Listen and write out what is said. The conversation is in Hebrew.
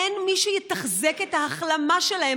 אין מי שיתחזק את ההחלמה שלהם.